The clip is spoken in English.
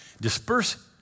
Disperse